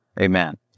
Amen